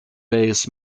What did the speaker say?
bass